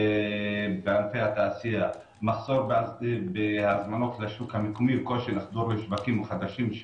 בענפי התעשייה: מחסור בהזמנות לשוק המקומי וקושי לחדור לשווקים חדשים.